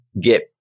get